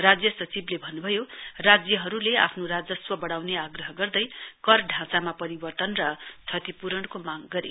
राज्य सचिवले भन्नुभयो राज्यहरुले आफ्नो राजस्व बढाउने आग्रह गर्दै कर ढाँचामा परिवर्तन र क्षतिपूरणको मांग गरे